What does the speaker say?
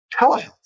telehealth